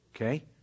Okay